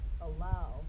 allow